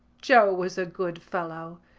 joe was a good fellow.